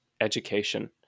education